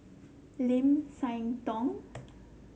Lim Siah Tong